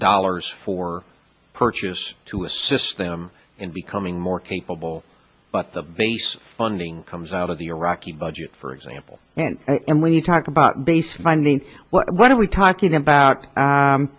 dollars for purchase to assist them in becoming more capable but the base funding comes out of the iraqi budget for example and when you talk about base finding what are we talking about